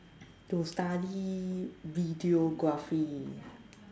to study videography